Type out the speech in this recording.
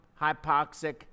hypoxic